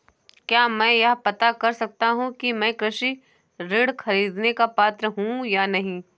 क्या मैं यह पता कर सकता हूँ कि मैं कृषि ऋण ख़रीदने का पात्र हूँ या नहीं?